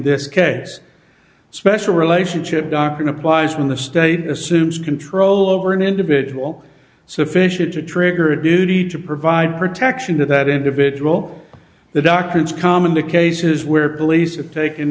this case special relationship doctrine applies when the state assumes control over an individual sufficient to trigger a duty to provide protection to that individual the doctrines common to cases where police have taken